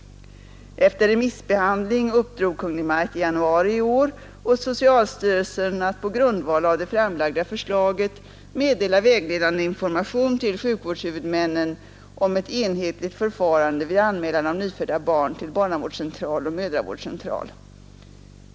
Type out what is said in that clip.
Efter remissbehandling uppdrog Kungl. Maj:t i januari i år åt socialstyrelsen att på grundval av det framlagda förslaget meddela vägledande information till sjukvårdshuvudmännen om ett enhetligt förfarande vid anmälan av nyfödda barn till barnavårdscentral och mödravårdscentral.